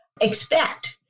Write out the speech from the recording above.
expect